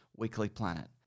weeklyplanet